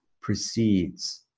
precedes